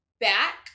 back